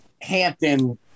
Hampton